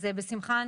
אז בשמחה,